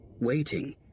waiting